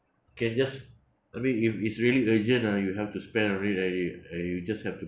can just I mean if it's really urgent ah you have to spend on it and you and you just have to